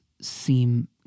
seem